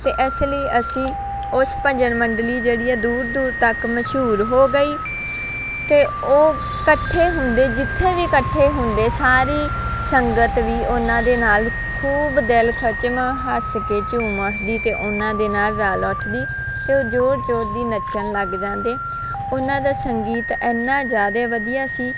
ਅਤੇ ਇਸ ਲਈ ਅਸੀਂ ਉਸ ਭਜਨ ਮੰਡਲੀ ਜਿਹੜੀ ਹੈ ਦੂਰ ਦੂਰ ਤੱਕ ਮਸ਼ਹੂਰ ਹੋ ਗਈ ਅਤੇ ਉਹ ਇਕੱਠੇ ਹੁੰਦੇ ਜਿੱਥੇ ਵੀ ਇਕੱਠੇ ਹੁੰਦੇ ਸਾਰੀ ਸੰਗਤ ਵੀ ਉਹਨਾਂ ਦੇ ਨਾਲ ਖੂਬ ਦਿਲ ਖਚਮ ਹੱਸ ਕੇ ਝੂੰਮਦੀ ਅਤੇ ਉਹਨਾਂ ਦੇ ਨਾਲ ਰਲ ਉੱਠਦੀ ਅਤੇ ਉਹ ਜ਼ੋਰ ਜ਼ੋਰ ਦੀ ਨੱਚਣ ਲੱਗ ਜਾਂਦੇ ਉਹਨਾਂ ਦਾ ਸੰਗੀਤ ਇੰਨਾ ਜ਼ਿਆਦੇ ਵਧੀਆ ਸੀ